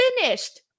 finished